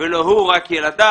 ולא הוא אלא רק ילדיו.